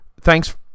thanks